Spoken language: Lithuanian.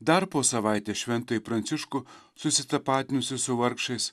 dar po savaitės šventąjį pranciškų susitapatinusį su vargšais